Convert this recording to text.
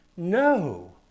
No